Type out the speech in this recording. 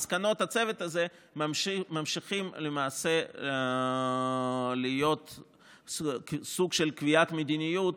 מסקנות הצוות הזה ממשיכות להיות סוג של קביעת מדיניות